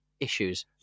Issues